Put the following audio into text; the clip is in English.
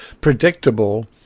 predictable